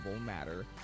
matter